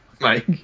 Mike